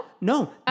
No